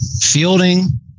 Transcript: fielding